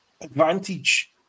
advantage